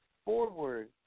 forward